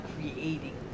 creating